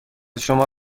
شما